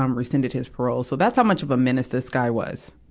um rescinded his parole. so that's how much of a menace this guy was.